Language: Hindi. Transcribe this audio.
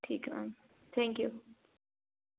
ठीक है मैम थैंक्यू